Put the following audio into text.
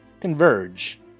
converge